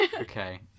Okay